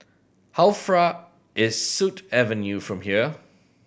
how far is Sut Avenue from here